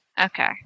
Okay